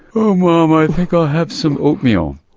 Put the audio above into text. oh mom, i think i'll have some oatmeal.